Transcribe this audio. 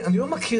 אני לא משפטן,